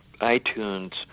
iTunes